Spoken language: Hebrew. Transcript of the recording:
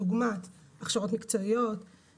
דוגמת הכשרות מקצועיות,